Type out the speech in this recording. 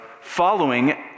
following